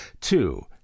two